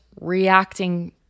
reacting